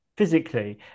physically